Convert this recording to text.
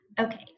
Okay